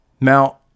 Now